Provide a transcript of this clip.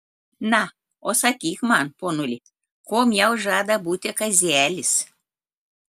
na o sakyk man ponuli kuom jau žada būti kazelis